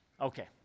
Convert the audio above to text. Okay